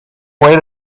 away